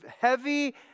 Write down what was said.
heavy